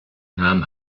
nahm